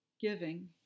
Giving